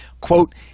quote